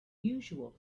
usual